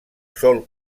sol